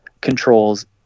controls